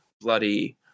Bloody